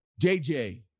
JJ